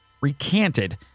recanted